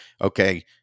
Okay